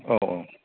औ औ